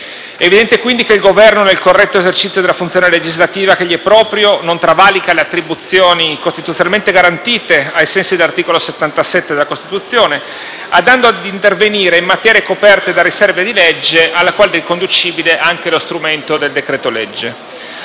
È evidente, quindi, che il Governo, nel corretto esercizio della funzione legislativa che gli è propria, non travalica le attribuzioni costituzionalmente garantite ai sensi dell'articolo 77 della Costituzione andando a intervenire in materie coperte da riserva di legge, alla quale è riconducibile anche lo strumento del decreto-legge.